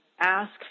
ask